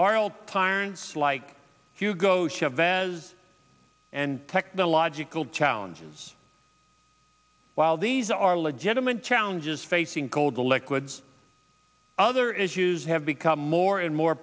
all tyrants like hugo chavez and technological challenges while these are legitimate challenges facing cold electrodes other issues have become more and more